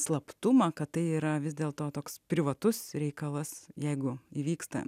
slaptumą kad tai yra vis dėlto toks privatus reikalas jeigu įvyksta